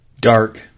dark